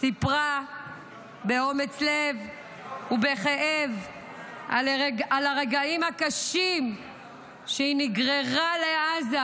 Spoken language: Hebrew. סיפרה באומץ לב ובכאב על הרגעים הקשים כשהיא נגררה לעזה,